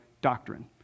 doctrine